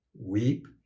Weep